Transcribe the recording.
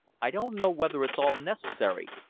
i don't know whether it's all necessary,